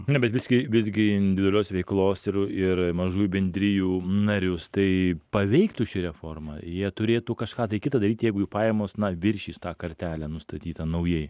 na bet visgi visgi individualios veiklos ir ir mažųjų bendrijų narius tai paveiktų ši reforma jie turėtų kažką tai kitą daryti jeigu jų pajamos viršys tą kartelę nustatytą naujai